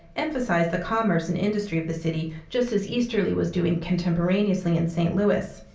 emphasized the commerce and industry of the city, just as easterly was doing contemporaneously in st. louis.